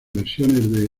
versiones